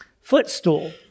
footstool